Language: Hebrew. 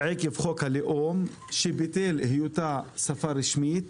עקב חוק הלאום שביטל את היותה שפה רשמית.